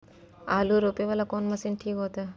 आलू रोपे वाला कोन मशीन ठीक होते?